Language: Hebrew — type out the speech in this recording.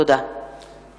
אברהם מיכאלי,